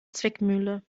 zwickmühle